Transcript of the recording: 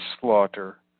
slaughter